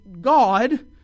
God